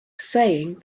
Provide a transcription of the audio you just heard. saying